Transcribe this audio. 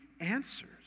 answers